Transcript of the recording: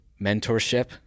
mentorship